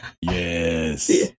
Yes